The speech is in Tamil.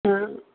ஆ